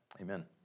amen